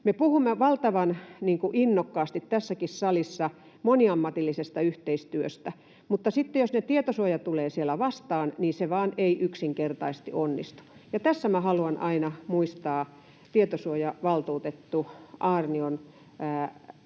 puhumme valtavan innokkaasti tässäkin salissa moniammatillisesta yhteistyöstä, mutta sitten jos tietosuoja tulee siellä vastaan, niin se vain ei yksinkertaisesti onnistu. Ja tässä minä haluan aina muistaa tietosuojavaltuutettu Aarnion sanomaa,